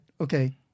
Okay